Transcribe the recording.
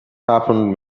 happened